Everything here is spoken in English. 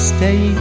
Stay